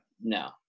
no